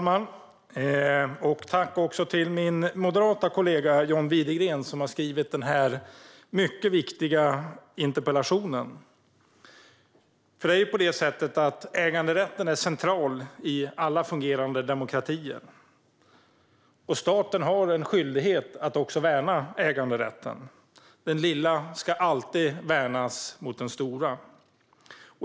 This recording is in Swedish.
Herr talman! Tack till min moderate kollega John Widegren, som har skrivit denna mycket viktiga interpellation! Äganderätten är central i alla fungerande demokratier. Staten har en skyldighet att värna äganderätten. Den lilla ska alltid värnas mot den stora.